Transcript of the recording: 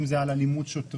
אם זה על אלימות שוטרים,